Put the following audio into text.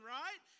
right